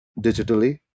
digitally